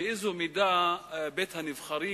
באיזו מידה בית-הנבחרים,